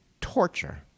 torture